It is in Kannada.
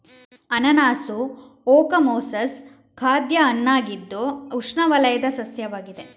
ಅನಾನಸ್ ಓಕಮೊಸಸ್ ಖಾದ್ಯ ಹಣ್ಣಾಗಿದ್ದು ಉಷ್ಣವಲಯದ ಸಸ್ಯವಾಗಿದೆ